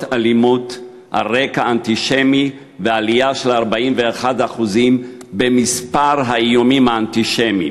אלימות על רקע אנטישמי ועלייה של 41% במספר האיומים האנטישמיים,